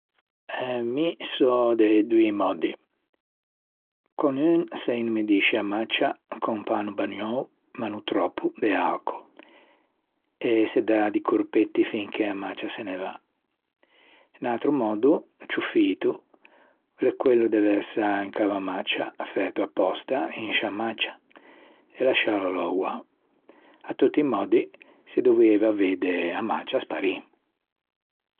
E mi sò de doî mòddi. Con un, se inumidisce a maccia con un panno bagnou ma no tròppo de alcòl e se dà di corpetti fin che a maccia a se ne va. Un atro mòddo, ciù fito, l'é quello de versâ un cavamaccia, fæto à pòsta in sciâ maccia e lasciâlo louâ. À tutti i mòddi se dovieiva vedde a maccia sparî.